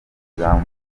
ijambo